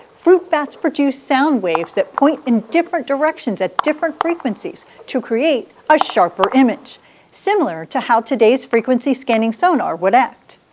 fruit bats produce sound waves that point in different directions at different frequencies to create a sharper image similar to how today's frequency-scanning sonar would act.